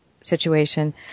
situation